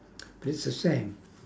but it's the same